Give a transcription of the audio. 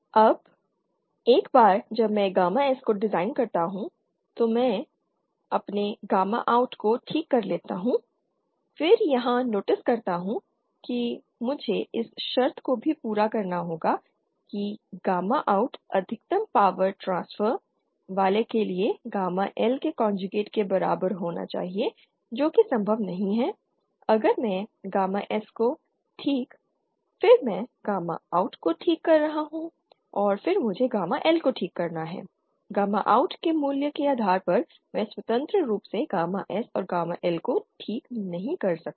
अब एक बार जब मैं गामा S को डिजाइन करता हूं तो मैं अपने गामा OUT को ठीक कर लेता हूं फिर यहां नोटिस करता हूं कि मुझे इस शर्त को भी पूरा करना होगा कि गामा OUT अधिकतम पावर टट्रांसफर वाले के लिए गामा L के कोंजूगेट के बराबर होना चाहिए जो कि संभव नहीं है अगर मैं गामा S को ठीक फिर मैं गामा OUT को ठीक कर रहा हूं और फिर मुझे गामा L को ठीक करना है I गामा OUT के मूल्य के आधार पर मैं स्वतंत्र रूप से गामा S और गामा L को ठीक नहीं कर सकता